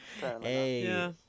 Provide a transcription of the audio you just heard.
hey